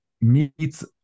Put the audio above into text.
meets